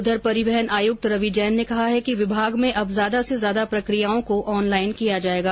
उधर परिवहन आयुक्त रवि जैन ने कहा है कि विभाग में अब ज्यादा से ज्यादा प्रक्रियाओं को ऑनलाइन किया जायेगा